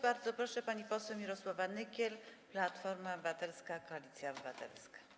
Bardzo proszę, pani poseł Mirosława Nykiel, Platforma Obywatelska - Koalicja Obywatelska.